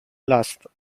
last